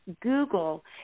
Google